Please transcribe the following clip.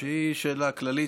שהיא שאלה כללית,